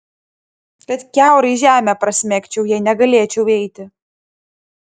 kad kiaurai žemę prasmegčiau jei negalėčiau eiti